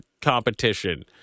competition